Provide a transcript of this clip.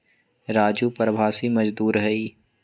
राजू प्रवासी मजदूर हई